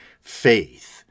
faith